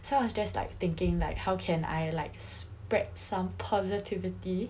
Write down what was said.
so I was just like thinking like how can I like spread some positivity